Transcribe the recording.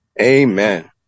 Amen